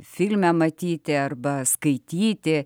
filme matyti arba skaityti